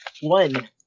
One